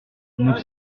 nous